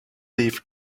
live